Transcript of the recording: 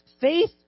Faith